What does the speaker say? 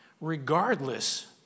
Regardless